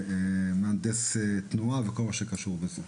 מבחינת מהנדס תנועה וכל מה שקשור בזה.